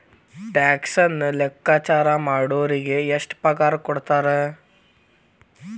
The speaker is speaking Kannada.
ಟ್ಯಾಕ್ಸನ್ನ ಲೆಕ್ಕಾಚಾರಾ ಮಾಡೊರಿಗೆ ಎಷ್ಟ್ ಪಗಾರಕೊಡ್ತಾರ??